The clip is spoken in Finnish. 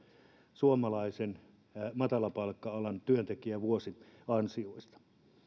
suomalaisen matalapalkka alan työntekijän vuosiansioista